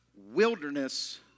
wilderness